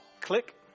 click